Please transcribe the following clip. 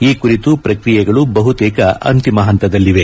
ಈ ಕುರಿತು ಪ್ರಕ್ರಿಯೆಗಳು ಬಹುತೇಕ ಅಂತಿಮ ಹಂತದಲ್ಲಿವೆ